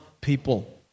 people